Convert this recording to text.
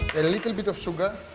a little bit of sugar,